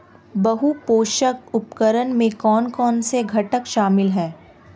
बहु पोषक उर्वरक में कौन कौन से घटक शामिल हैं?